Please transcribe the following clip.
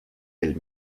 del